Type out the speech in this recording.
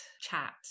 chat